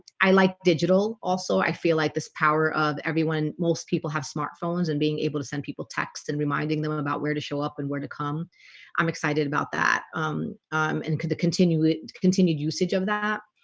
i like digital also i feel like this power of everyone most people have smartphones and being able to send people text and reminding them about where to show up and where to come i'm excited about that um and could the continued continued usage of that?